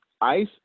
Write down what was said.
ice